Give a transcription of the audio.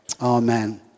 Amen